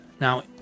Now